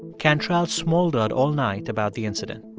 cantrell smouldered all night about the incident.